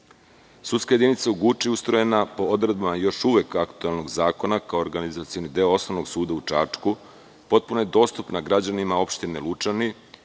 jedinica u Guči je ustrojena po odredbama još uvek aktuelnog zakona kao organizacioni deo Osnovnog suda u Čačku, potpuno je dostupna građanima opštine Lučani,